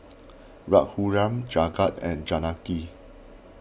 Raghuram Jagat and Janaki